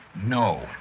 No